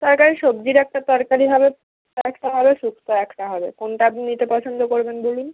তরকারি সবজির একটা তরকারি হবে হবে শুক্তো একটা হবে কোনটা আপনি নিতে পছন্দ করবেন বলুন